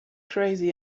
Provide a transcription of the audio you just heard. crazy